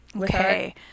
Okay